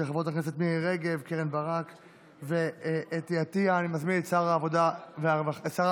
חברי הכנסת, אנחנו עוברים לנושא הבא על סדר-הים,